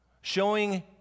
showing